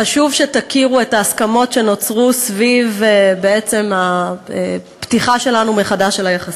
חשוב שתכירו את ההסכמות שנוצרו סביב הפתיחה מחדש של היחסים.